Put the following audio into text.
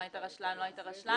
אם היית רשלן או לא היית רשלן.